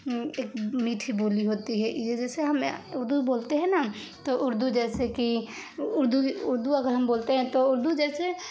ایک میٹھی بولی ہوتی ہے یہ جیسے ہم اردو بولتے ہیں نا تو اردو جیسے کہ اردو اردو اگر ہم بولتے ہیں تو اردو جیسے